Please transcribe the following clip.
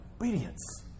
Obedience